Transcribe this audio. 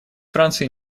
франции